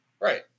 Right